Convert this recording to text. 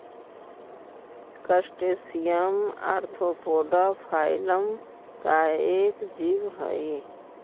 crustacean arthropoda phylum का एक जीव हई